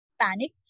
panic